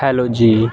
hello ਜੀ